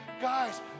Guys